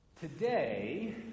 Today